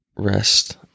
rest